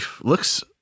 looks